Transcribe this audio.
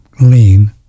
lean